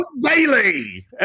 Daily